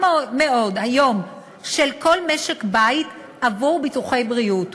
מאוד היום עבור כל משק-בית של ביטוחי בריאות.